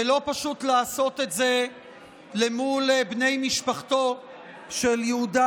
ולא פשוט לעשות את זה מול בני משפחתו של יהודה